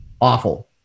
awful